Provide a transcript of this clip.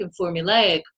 formulaic